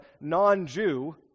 non-Jew